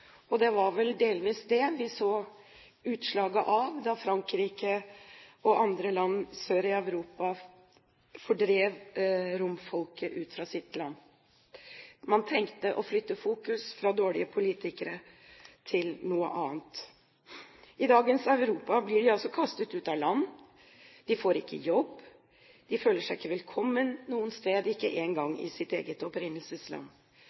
Det var vel delvis det vi så da Frankrike, og andre land sør i Europa, fordrev romfolket ut av landet. Man trengte å flytte fokus fra dårlige politikere til noe annet. I dagens Europa blir de også kastet ut av flere land. De får ikke jobb. De føler seg ikke velkommen noe sted, ikke engang i sitt eget opprinnelsesland.